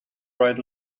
right